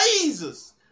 jesus